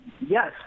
yes